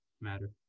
matter